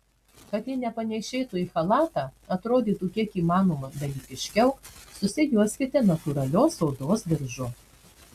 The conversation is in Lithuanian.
kad ji nepanėšėtų į chalatą atrodytų kiek įmanoma dalykiškiau susijuoskite natūralios odos diržu